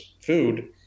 food